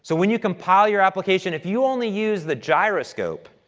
so when you compile your application, if you only use the gyroscope,